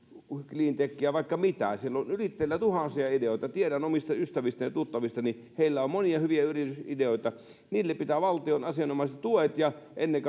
cleantechiä vaikka mitä siellä on yrittäjillä tuhansia ideoita tiedän omista ystävistäni ja tuttavistani joilla on monia hyviä yritysideoita niille pitää saada valtion asianomaiset tuet ja ennen